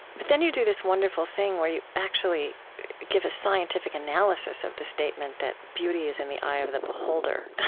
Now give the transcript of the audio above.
but then, you do this wonderful thing where you actually give a scientific analysis of the statement that beauty is in the eye of the beholder,